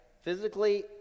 Physically